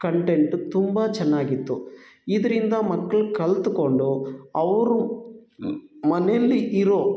content ತುಂಬ ಚೆನ್ನಾಗಿತ್ತು ಇದರಿಂದ ಮಕ್ಳು ಕಲಿತ್ಕೊಂಡು ಅವ್ರ ಮನೆಯಲ್ಲಿ ಇರೋ